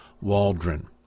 Waldron